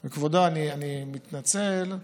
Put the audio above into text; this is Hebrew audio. כבודו, אני מתנצל.